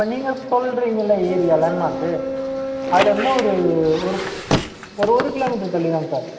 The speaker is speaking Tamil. இப்போ நீங்கள் சொல்கிறீங்கள்ல ஏரியா லேண்ட் மார்க்கு அதில் இன்னோரு ஒரு ஒரு ஒரு கிலோமீட்டர் தள்ளிதாங்க சார்